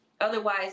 otherwise